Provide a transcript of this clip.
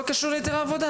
לא קשור להיתרי עבודה.